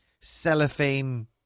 cellophane